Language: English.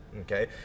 okay